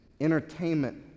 entertainment